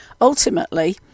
Ultimately